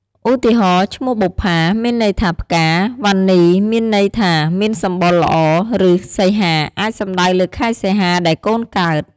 ឧទាហរណ៍ ឈ្មោះ "បុប្ផា" មានន័យថាផ្កា "វណ្ណី" មានន័យថាអ្នកមានសម្បុរល្អ ឬ "សីហា" អាចសំដៅលើខែសីហាដែលកូនកើត។